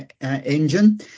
engine